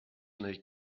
neu